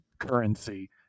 Currency